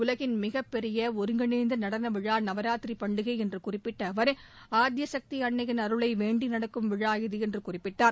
உலகின் மிகப்பெரிய ஒருங்கிணைந்த நடன விழா நவராத்திரி பண்டிகை என்று குறிப்பிட்ட அவர் ஆத்பசக்தி அன்னையின் அருளை வேண்டி நடக்கும் விழா இது என்று குறிப்பிட்டார்